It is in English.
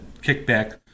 kickback